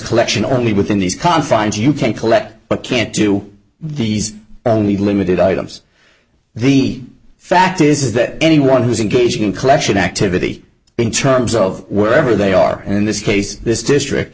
collection only within these confines you can collect but can't do these only limited items the fact is that anyone who's engaged in collection activity in terms of where ever they are in this case this district